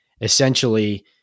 essentially